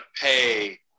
pay